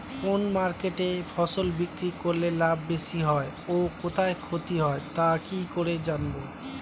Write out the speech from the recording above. কোন মার্কেটে ফসল বিক্রি করলে লাভ বেশি হয় ও কোথায় ক্ষতি হয় তা কি করে জানবো?